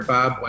Bob